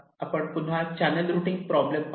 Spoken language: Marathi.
आपण पुन्हा चॅनल रुटींग प्रॉब्लेम पाहू